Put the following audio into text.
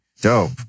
Dope